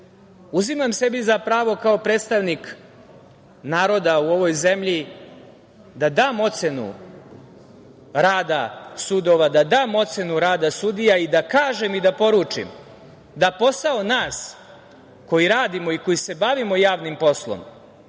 uzimam sebi za pravo kao predstavnik naroda u ovoj zemlji, da dam ocenu rada sudova, da dam ocenu rada sudova i da kažem i da poručim da posao nas koji radimo i koji se bavimo javnim poslom